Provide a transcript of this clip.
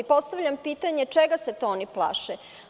Postavljam pitanje - čega se to oni plaše?